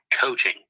coaching